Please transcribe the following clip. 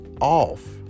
off